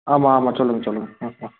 ஆமாம் ஆமாம் சொல்லுங்கள் சொல்லுங்கள் ஆ ஆ